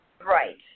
Right